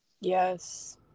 Yes